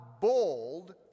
bold